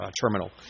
terminal